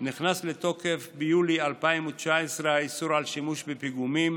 נכנס לתוקף ביולי 2019 איסור השימוש בפיגומים